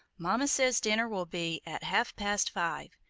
mama says dinner will be at half-past five,